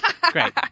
Great